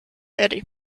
eddie